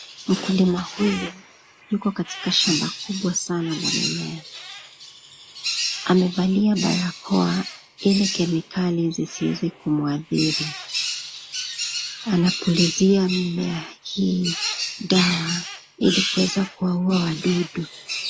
Mkulima huyu yuko katika shamba kubwa sana la mimea. Amevalia barakoa ili kemikali zisieze kumuhadhiri. Anapulizia mimea hii dawa ili kuweza kuwauwa wadudu.